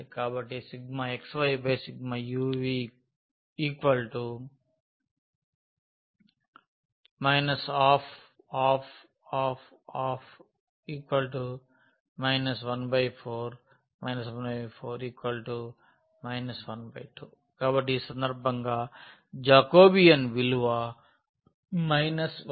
కాబట్టి x yu v 12 12 12 12 14 14 12 కాబట్టి ఈ సందర్భంలో జాకోబియన్ విలువ 12